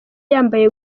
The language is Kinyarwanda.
yambaye